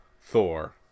Thor